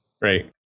right